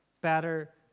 better